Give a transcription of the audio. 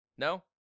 No